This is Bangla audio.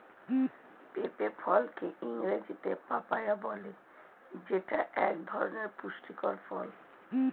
পেঁপে ফলকে ইংরেজিতে পাপায়া বলে যেইটা এক ধরনের পুষ্টিকর ফল